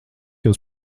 jūs